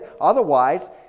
Otherwise